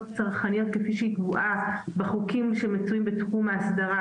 הצרכניות כפי שהן קבועות בחוקים שמצויים בתחום האסדרה